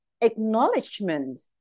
acknowledgement